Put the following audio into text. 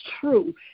true